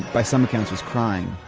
by some accounts, was crying.